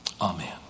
Amen